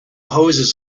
hoses